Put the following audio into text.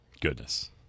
goodness